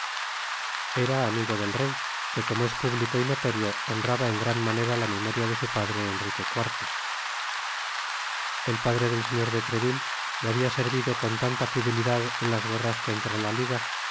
era amigo del rey que como es público y notorio honraba en gran manera la memoria de su padre enrique iv el padre del señor de treville le habia servido con tanta fidelidad en las guerras contra la liga